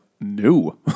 No